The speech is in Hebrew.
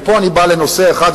ופה אני בא לנושא אחד,